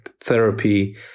therapy